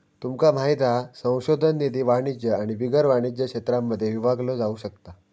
तुमका माहित हा संशोधन निधी वाणिज्य आणि बिगर वाणिज्य क्षेत्रांमध्ये विभागलो जाउ शकता